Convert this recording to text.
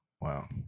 Wow